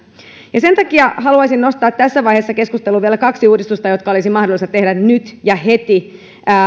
sen takia haluaisin nostaa tässä vaiheessa keskusteluun vielä kaksi uudistusta jotka olisi mahdollista tehdä nyt ja heti